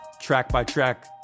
track-by-track